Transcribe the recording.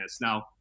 Now